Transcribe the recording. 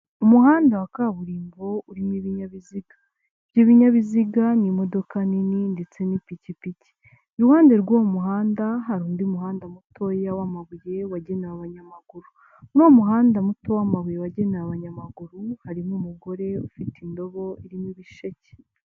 Umuhanda wa kaburimbo urimo ibinyabiziga, ibyo binyabiziga ni imodoka nini ndetse n'ipikipiki, iruhande rw'uwo muhanda hari undi muhanda mutoya w'amabuye wagenewe abanyamaguru, muri uwo muhanda muto w'amabuye wagenewe abanyamaguru harimo umugore ufite indobo irimo ibisheke.